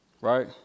right